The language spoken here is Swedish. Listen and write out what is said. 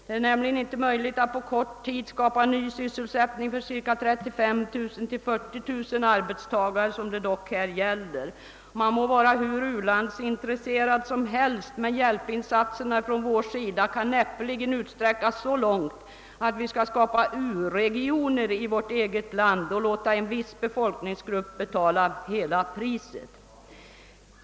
Det är nämligen inte möjligt att på kort tid skapa ny sysselsättning för 35 000 —40 000 arbetstagare som det dock här gäller. Man må vara hur u-landsintresserad som helst, men hjälpinsatserna från vår sida kan näppeligen utsträckas så långt att vi skall skapa u-regioner i vårt eget land och låta en viss befolkningsgrupp betala hela priset.